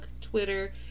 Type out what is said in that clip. Twitter